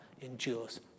endures